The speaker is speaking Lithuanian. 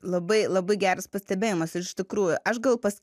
labai labai geras pastebėjimas iš tikrųjų aš gal pas